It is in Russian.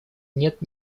нет